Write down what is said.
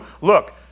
look